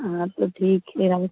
हाँ तो ठीक है अब